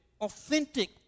authentic